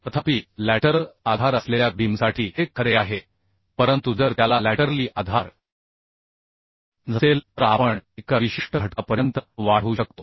तथापि लॅटरल आधार असलेल्या बीमसाठी हे खरे आहे परंतु जर त्याला लॅटरली आधार नसेल तर आपण एका विशिष्ट घटकापर्यंत वाढवू शकतो